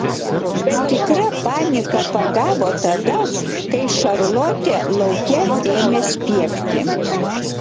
bet tikra panika pagavo tada kai šarlotė lauke ėmė spiegti